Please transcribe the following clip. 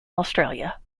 australia